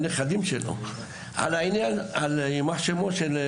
נכדים שלו - היה בין השומרים על אייכמן יימח שמו.